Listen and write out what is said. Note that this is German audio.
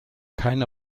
keine